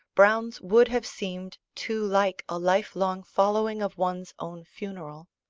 browne's would have seemed too like a lifelong following of one's own funeral.